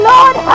Lord